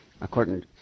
according